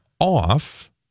off